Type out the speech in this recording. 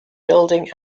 building